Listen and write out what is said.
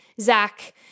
Zach